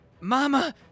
Mama